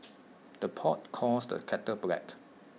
the pot calls the kettle black